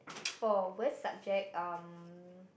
for worst subject um